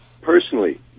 personally